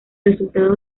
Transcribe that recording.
resultado